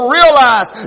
realize